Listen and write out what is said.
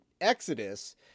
Exodus